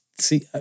See